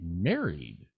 married